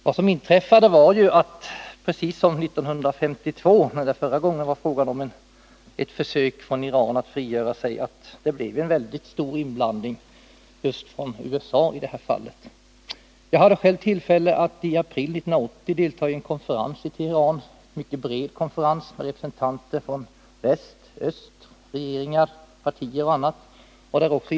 Vad som inträffade då, precis som 1952, när Iran förra gången gjorde ett försök att frigöra sig, var ju en mycket stor inblandning just från USA. Jag hade själv tillfälle att i april 1980 delta i en konferens i Teheran. Det var en mycket bred konferens, med representanter för regeringar, partier m.m. i både väst och öst.